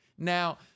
Now